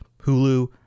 Hulu